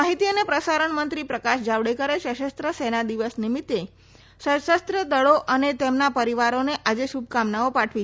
માહિતી અને પ્રસારણ મંત્રી પ્રકાશ જાવડેકરે સશસ્ત્ર સેના ધ્વજ દિવસે સશસ્ત્ર દળો અને તેમના પરીવારોને આજે શુભકામનાઓ પાઠવી